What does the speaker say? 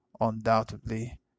undoubtedly